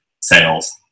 sales